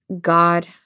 God